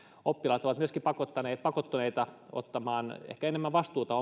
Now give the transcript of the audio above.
oppilaat ovat myöskin pakottuneita pakottuneita ottamaan ehkä enemmän vastuuta